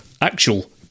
actual